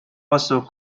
also